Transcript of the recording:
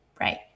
right